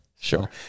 sure